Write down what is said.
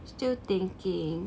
still thinking